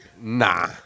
Nah